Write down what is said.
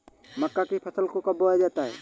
मक्का की फसल को कब बोया जाता है?